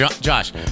Josh